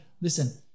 listen